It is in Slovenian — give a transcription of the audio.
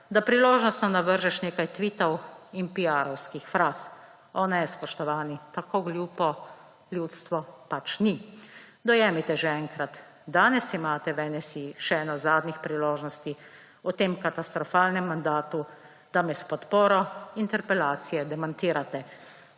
da priložnostno navržeš nekaj tvitov in piarovskih fraz. O, ne, spoštovani, tako glupo ljudstvo pač ni, dojemite že enkrat. Danes imate v NSi že eno zadnjih priložnosti v tem katastrofalnem mandatu, da me s podporo interpelaciji demantirate.